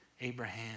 Abraham